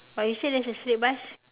but you said there's a straight bus